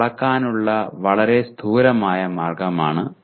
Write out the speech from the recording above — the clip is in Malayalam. അത് അളക്കാനുള്ള വളരെ സ്ഥൂലമായ മാർഗമാണ്